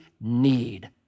need